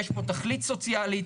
יש פה תכלית סוציאלית